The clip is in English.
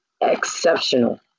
exceptional